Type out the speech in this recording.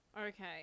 Okay